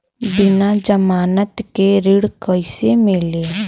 बिना जमानत के ऋण कईसे मिली?